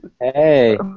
Hey